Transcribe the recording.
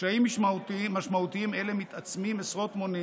קשיים משמעותיים אלה מתעצמים עשרות מונים